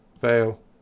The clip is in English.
fail